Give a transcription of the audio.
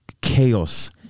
chaos